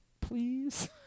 Please